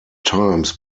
times